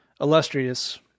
illustrious